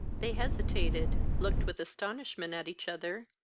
they hesitated, looked with astonishment at each other,